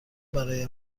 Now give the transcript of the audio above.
برای